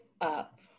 up